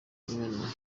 imena